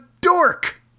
dork